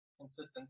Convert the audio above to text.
Consistency